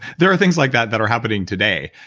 there are things like that that are happening today.